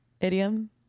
idiom